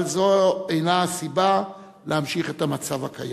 אבל זו אינה הסיבה להמשיך את המצב הקיים.